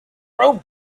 room